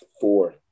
four